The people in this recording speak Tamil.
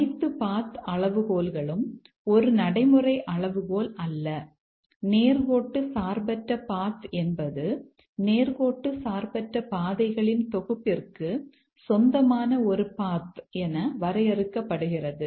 அனைத்து பாத் என வரையறுக்கப்படுகிறது